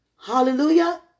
Hallelujah